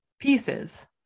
pieces